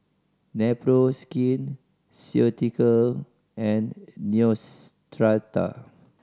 Nepro Skin Ceutical and Neostrata